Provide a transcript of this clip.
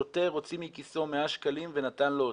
השוטר הוציא מכיסו 100 שקלים ונתן לו.